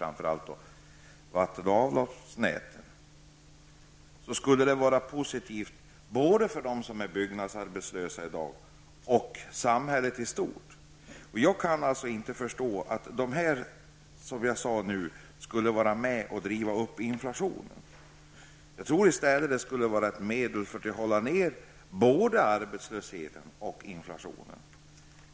Framför allt gäller det vatten och avloppsnätet. Mot den bakgrunden skulle det vara positivt både för dem som i dag är arbetslösa på byggområdet och för samhället i stort om investeringar gjordes i det sammanhanget. Jag kan alltså inte förstå resonemanget om att det skulle vara fråga om att driva på inflationen. I stället tror jag att föreslagna åtgärder skulle bidra till att både arbetslösheten och inflationen